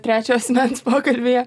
trečio asmens pokalbyje